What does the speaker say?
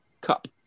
cup